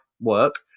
work